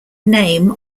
name